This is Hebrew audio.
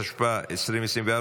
התשפ"ה 2024,